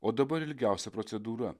o dabar ilgiausia procedūra